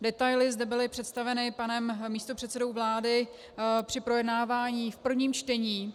Detaily zde byly představeny panem místopředsedou vlády při projednávání v prvním čtení.